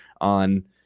on